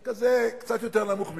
כזה, קצת יותר נמוך ממני.